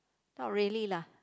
not really lah